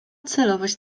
celowość